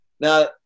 Now